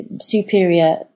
superior